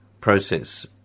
process